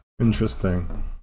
Interesting